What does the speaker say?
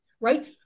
right